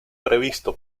previsto